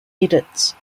edits